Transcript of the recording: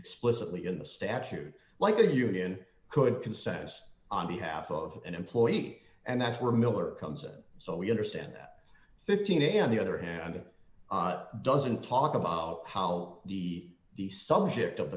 explicitly in the statute like a union could consensus on behalf of an employee and that's where miller comes in so we understand that fifteen a on the other hand it doesn't talk about how the the subject of